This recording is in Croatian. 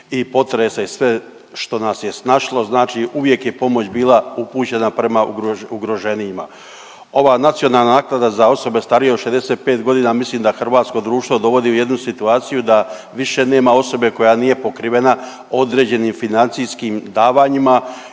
i potrese i sve što nas je snašlo, znači uvijek je pomoć bila upućena prema ugroženijima. Ova nacionalna naknada za osobe starije od 65 godina, mislim da hrvatsko društvo dovodi u jednu situaciju da više nema osobe koja nije pokrivena određenim financijskim davanjima